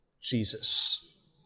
Jesus